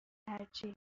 ترجیح